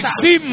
see